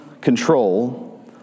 control